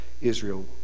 Israel